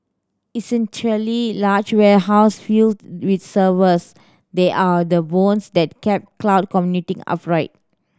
essentially large warehouse filled with servers they are the bones that keep cloud computing upright